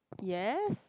yes